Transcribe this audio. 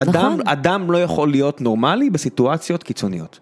אדם, אדם לא יכול להיות נורמלי בסיטואציות קיצוניות.